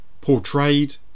portrayed